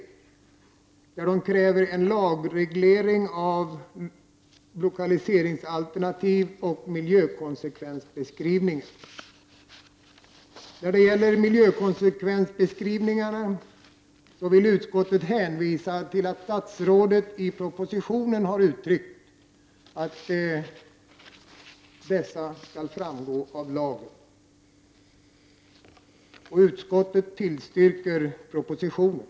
Reservanterna kräver här en lagreglering av lokaliseringsalternativ och miljökonsekvensbeskrivningar. När det gäller miljökonsekvensbeskrivningar vill utskottet hänvisa till att statsrådet i propositionen har uttryckt att krav på sådana skall framgå av lag. Utskottet tillstyrker propositionen.